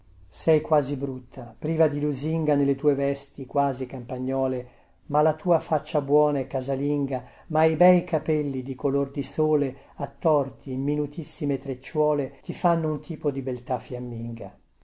sei quasi brutta priva di lusinga nelle tue vesti quasi campagnole ma la tua faccia buona e casalinga ma i bei capelli di color di sole attorti in minutissime trecciuole ti fanno un tipo di beltà fiamminga